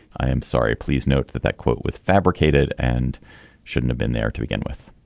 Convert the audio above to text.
i am sorry. please note that that quote was fabricated and shouldn't have been there to begin with